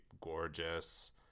gorgeous